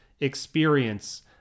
experience